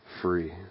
free